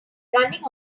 running